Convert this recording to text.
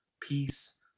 peace